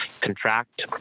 contract